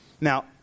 Now